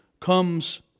comes